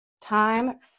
time